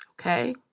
Okay